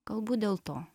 galbūt dėl to